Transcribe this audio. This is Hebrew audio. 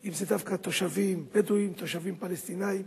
אם זה דווקא תושבים בדואים, תושבים פלסטינים.